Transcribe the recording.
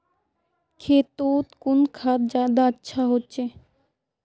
खेतोत कुन खाद ज्यादा अच्छा होचे?